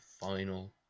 final